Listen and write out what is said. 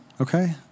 okay